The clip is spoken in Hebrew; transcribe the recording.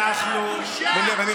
אז למה אתה עולה?